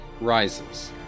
Rises